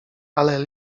ale